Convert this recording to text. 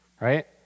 right